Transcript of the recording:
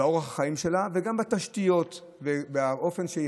אורח החיים שלה וגם התשתיות והאופן שבו